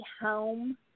home